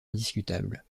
indiscutable